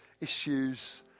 issues